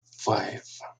five